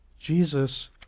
Jesus